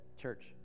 church